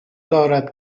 دارد